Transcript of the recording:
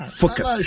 focus